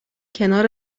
کنار